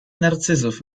narcyzów